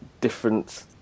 different